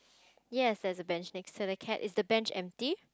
yes there's a bench next to the cat is the bench empty